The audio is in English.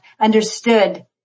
understood